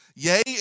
Yea